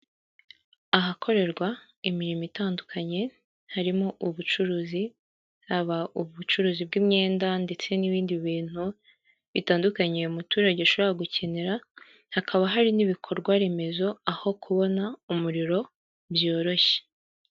Ahakorerwa imirimo itandukanye, harimo ubucuruzi, haba ubucuruzi bw'imyenda ndetse n'ibindi bintu bitandukanye umuturage ashobora gukenera, hakaba hari n'ibikorwaremezo, aho kubona umuriro byoroshye.